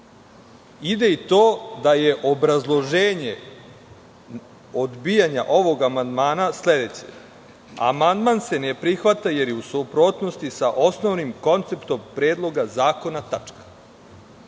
ide i to da je obrazloženje odbijanja ovog amandmana sledeće. Amandman se ne prihvata jer je u suprotnosti sa osnovnim konceptom predloga zakona. Pročitao